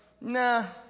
nah